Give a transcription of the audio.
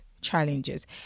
challenges